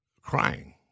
crying